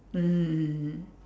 mm mm